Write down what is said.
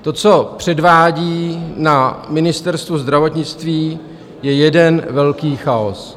To, co předvádí na Ministerstvu zdravotnictví, je jeden velký chaos.